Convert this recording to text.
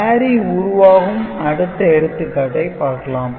carry உருவாகும் அடுத்த எடுத்துக்காட்டைப் பார்க்கலாம்